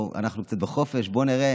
אמרו: אנחנו קצת בחופש, בואו נראה